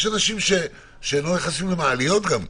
יש אנשים שגם לא נכנסים למעליות.